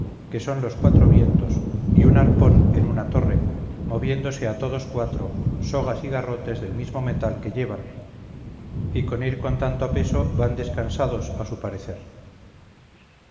que son los cuatro vientos y un harpón en una torre moviéndose a todos cuatro sogas y garrotes del mismo metal que llevan y con ir con tanto peso van descansados a su parecer